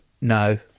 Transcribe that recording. No